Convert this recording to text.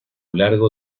largo